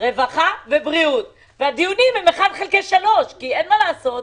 רווחה ובראיות והדיונים הם אחד לשלוש כי אין מה לעשות,